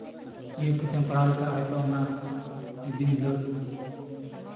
ᱱᱤᱭᱟᱹ ᱯᱩᱛᱷᱤᱢ ᱯᱟᱲᱦᱟᱣ ᱞᱮᱱᱠᱷᱟᱱ ᱫᱚ ᱢᱤᱫᱫᱤᱱ ᱦᱤᱞᱳᱜ